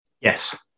Yes